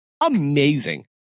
Amazing